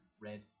red